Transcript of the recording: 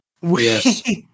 Yes